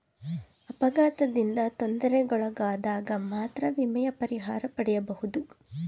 ಅಪಘಾತದಿಂದ ತೊಂದರೆಗೊಳಗಾದಗ ಮಾತ್ರ ವಿಮೆಯ ಪರಿಹಾರ ಪಡೆಯಬಹುದು